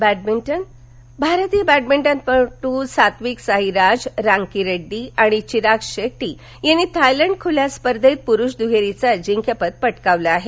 badminton भारतीय बॅडमिंटनपट्र सात्विकसाईराज रांकीरेड्डी आणि चिराग शेट्टी यांनी थायलंड खुल्या स्पर्धेत पुरूष दुहेरीचं अजिंक्यपद पटकावलं आहे